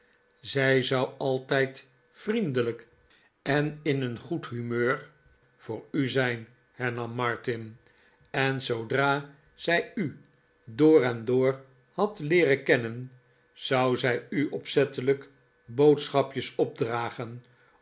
zij zou altijd vriendelijk en in een goed humeur voor u zijn hernm martin en zoodra zij u door en door had leeren kennen zou zij u opzettelijk boodschapjes opdragen